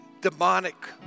demonic